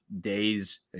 days